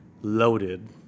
Loaded